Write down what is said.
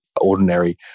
ordinary